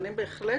האחרונות.